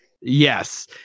Yes